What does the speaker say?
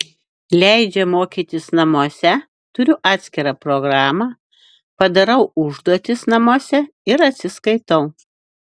leidžia mokytis namuose turiu atskirą programą padarau užduotis namuose ir atsiskaitau